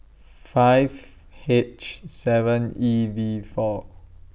five H seven E V four